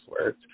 work